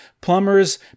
plumbers